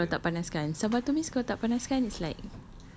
sedap ke kalau tak panaskan sambal tumis kalau tak panaskan is like